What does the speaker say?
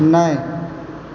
नहि